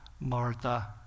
Martha